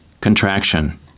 Contraction